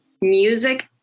Music